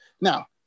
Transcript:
Now